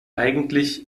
eigentlich